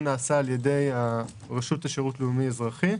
נעשה על-ידי הרשות לשירות לאומי אזרחי.